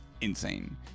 insane